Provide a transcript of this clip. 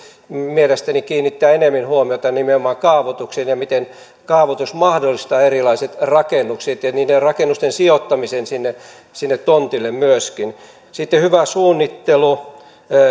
mielestäni kiinnittää enemmän huomiota nimenomaan kaavoitukseen ja siihen miten kaavoitus mahdollistaa erilaiset rakennukset ja myöskin niiden rakennusten sijoittamisen sinne tontille sitten hyvä suunnittelu